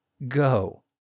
go